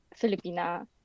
Filipina